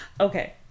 Okay